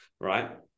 right